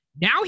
Now